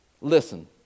Listen